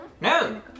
No